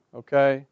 okay